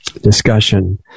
discussion